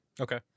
Okay